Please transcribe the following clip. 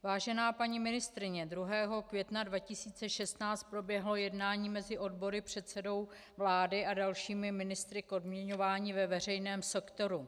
Vážená paní ministryně, 2. května 2016 proběhlo jednání mezi odbory, předsedou vlády a dalšími ministry k odměňování ve veřejném sektoru.